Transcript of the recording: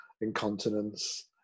incontinence